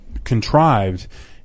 contrived